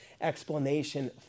explanation